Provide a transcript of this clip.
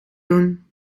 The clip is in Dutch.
doen